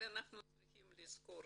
אבל אנחנו צריכים לזכור